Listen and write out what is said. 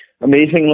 amazingly